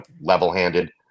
level-handed